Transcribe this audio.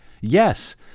Yes